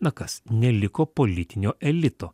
na kas neliko politinio elito